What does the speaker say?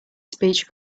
speech